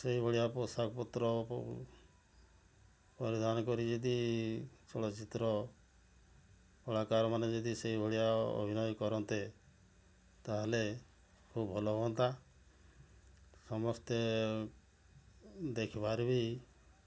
ସେହିଭଳିଆ ପୋଷାକ ପତ୍ର ପରିଧାନ କରି ଯଦି ଚଳଚ୍ଚିତ୍ର କଳାକାର ମାନେ ଯଦି ସେହିଭଳିଆ ଅଭିନୟ କରନ୍ତେ ତା'ହେଲେ ଖୁବ୍ ଭଲ ହୁଅନ୍ତା ସମସ୍ତେ ଦେଖିବାରେବି